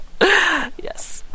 yes